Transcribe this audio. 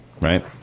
right